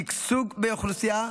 שגשוג באוכלוסייה,